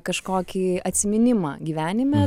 kažkokį atsiminimą gyvenime